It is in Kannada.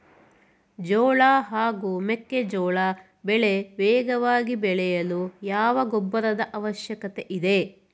ಜೋಳ ಹಾಗೂ ಮೆಕ್ಕೆಜೋಳ ಬೆಳೆ ವೇಗವಾಗಿ ಬೆಳೆಯಲು ಯಾವ ಗೊಬ್ಬರದ ಅವಶ್ಯಕತೆ ಇದೆ?